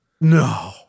no